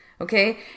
Okay